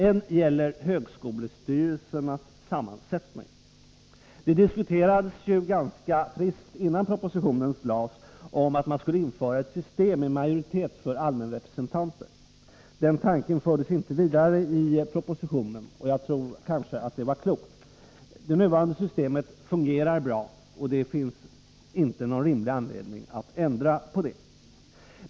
En fråga gäller högskolestyrelsernas sammansättning. Det diskuterades ganska friskt innan propositionen lades fram att man skulle införa ett system med majoritet för allmänrepresentanter. Den tanken fördes inte vidare i propositionen, och jag tror att det var klokt. Det nuvarande systemet fungerar bra, och det finns inte någon rimlig anledning att ändra på det.